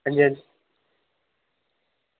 हांजी हांजी